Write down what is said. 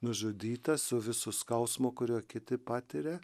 nužudytas su visu skausmu kuriuo kiti patiria